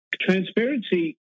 transparency